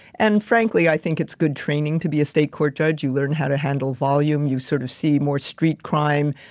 and frankly, i think it's good training to be a state court judge, you learn how to handle volume, you sort of see more street crime,